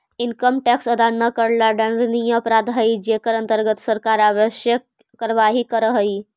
income tax अदा न करला दंडनीय अपराध हई जेकर अंतर्गत सरकार आवश्यक कार्यवाही करऽ हई